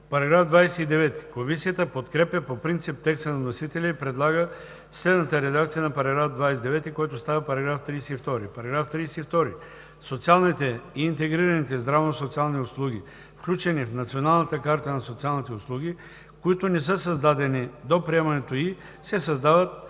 АДЕМОВ: Комисията подкрепя по принцип на вносителя и предлага следната редакция на § 29, който става § 32: „§ 32. Социалните и интегрираните здравно-социални услуги, включени в Националната карта на социалните услуги, които не са създадени до приемането й, се създават